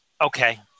Okay